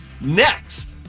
Next